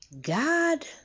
God